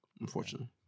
unfortunately